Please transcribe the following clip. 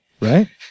Right